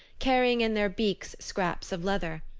carrying in their beaks scraps of leather.